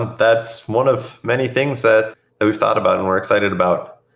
that's one of many things ah the we've thought about and we're excited about.